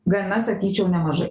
gana sakyčiau nemažai